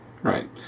Right